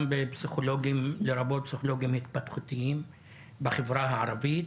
גם בפסיכולוגים לרבות פסיכולוגים התפתחותיים בחברה הערבית,